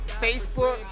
Facebook